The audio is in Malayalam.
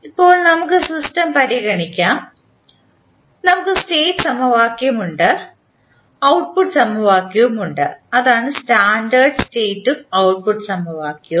ഇപ്പോൾ നമുക്ക് സിസ്റ്റം പരിഗണിക്കാം നമുക്ക് സ്റ്റേറ്റ് സമവാക്യവും ഔട്ട്പുട്ട് സമവാക്യവുമുണ്ട് അതാണ് സ്റ്റാൻഡേർഡ് സ്റ്റേറ്റും ഔട്ട്പുട്ട് സമവാക്യവും